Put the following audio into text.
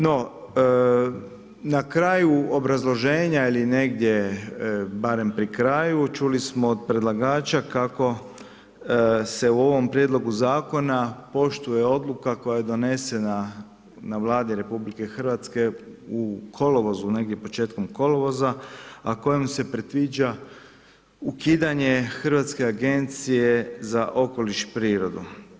No, na kraju obrazloženja ili negdje barem pri kraju, čuli smo od predlagača kako se u ovom prijedlogu zakona poštuje odluka koja je donesena na Vladi RH u kolovozu, negdje početkom kolovoza a kojom se predviđa ukidanje Hrvatske agencije za okoliš i prirodu.